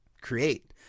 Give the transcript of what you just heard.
create